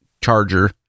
charger